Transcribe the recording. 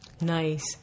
Nice